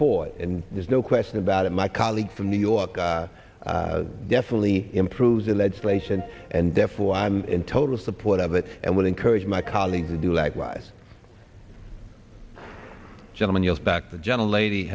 for it and there's no question about it my colleague from new york definitely improves the legislation and therefore i'm in total support of it and will encourage my colleagues to do likewise gentleman yells back the gentle lady